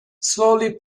slowly